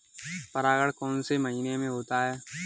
परागण कौन से महीने में होता है?